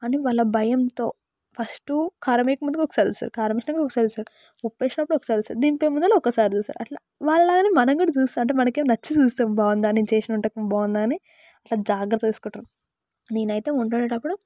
అని వాళ్ళ భయంతో ఫస్ట్ కారం వేయక ముందు ఒకసారి చూస్తారు కారం వేసాక ఒకసారి చూస్తారు ఉప్పు వేసేటప్పుడు ఒకసారి చూస్తారు దింపే ముందర ఒకసారి చూస్తారు అట్లా వాళ్ళ లాగా మనం కూడా చూస్తాం అంటే మనకేం నచ్చి చూస్తాం బాగుందా నేను చేసింది వంటకం బాగుందా అని జాగ్రత్తగా చూసుకుంటారు నేనైతే వంట వండేటప్పుడు